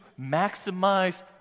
maximize